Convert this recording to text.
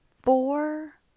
Four